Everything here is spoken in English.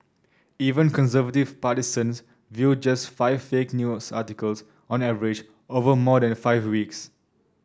even conservative partisans viewed just five fake news articles on average over more than five weeks